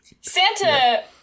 Santa